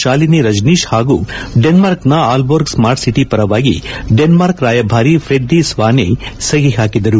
ಶಾಲಿನಿ ರಜನೀಶ್ ಹಾಗೂ ಡೆನ್ಮಾರ್ಕ್ನ Aalborg smart city ಪರವಾಗಿ ಡೆನ್ಮಾರ್ಕ್ ರಾಯಭಾರಿ ಫ್ರೆಡ್ಡಿ ಸ್ವಾನೆ ಸಹಿ ಹಾಕಿದರು